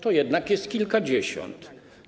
To jednak jest kilkadziesiąt.